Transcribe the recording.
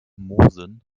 moosen